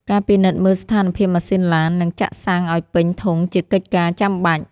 ការពិនិត្យមើលស្ថានភាពម៉ាស៊ីនឡាន និងចាក់សាំងឱ្យពេញធុងជាកិច្ចការចាំបាច់។